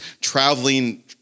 traveling